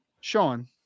Sean